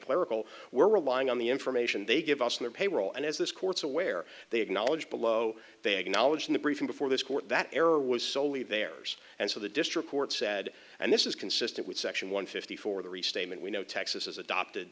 clerical we're relying on the information they give us in their payroll and as this court's aware they acknowledge below they acknowledged in the briefing before this court that error was soley there and so the district court said and this is consistent with section one fifty four the restatement we know texas has adopted